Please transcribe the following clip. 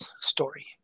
story